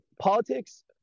politics